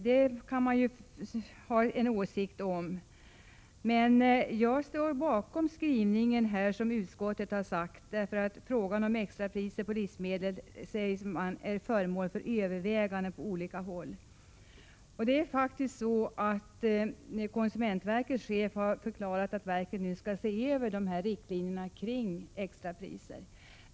Det kan man naturligtvis ha en åsikt om, men jag står bakom utskottets skrivning, att frågan om extrapriser 161 på livsmedel är föremål för överväganden på olika håll. Det är faktiskt så att konsumentverkets chef har förklarat att verket nu skall se över riktlinjerna när det gäller extrapriser.